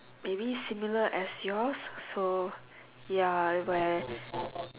maybe similar as yours so ya where